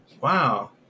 Wow